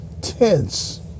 tense